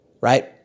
right